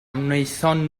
wnaethon